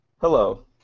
Hello